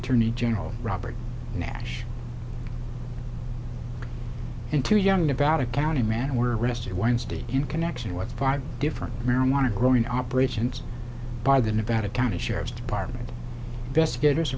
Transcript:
attorney general robert nash and two young nevada county man who were arrested wednesday in connection with five different marijuana growing operations by the nevada county sheriff's department best gaiters